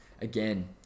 Again